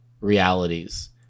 realities